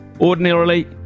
Ordinarily